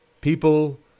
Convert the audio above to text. people